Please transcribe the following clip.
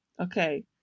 Okay